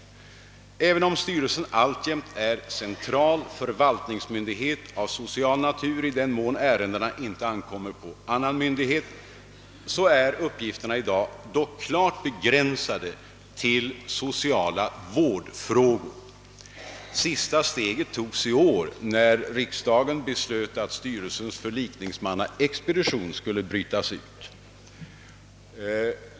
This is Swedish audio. även om styrelsen alltjämt är central förvaltningsmyndighet i ärenden av social natur — i den mån det inte ankommer på annan myndighet att handlägga dem är uppgif terna i dag dock klart begränsade till sociala vårdfrågor. Det senaste steget togs i år, när riksdagen beslöt att styrelsens förlikningsmannaexpedition skulle brytas ut.